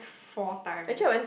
four times